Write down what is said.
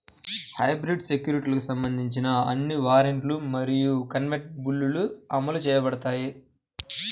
hybrid సెక్యూరిటీలకు సంబంధించిన అన్ని వారెంట్లు మరియు కన్వర్టిబుల్లు అమలు చేయబడతాయి